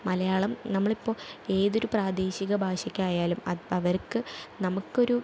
മലയാളം നമ്മളിപ്പോൾ ഏതൊര് പ്രാദേശിക ഭാഷയ്ക്കായാലും അത് അവർക്ക് നമുക്കൊരു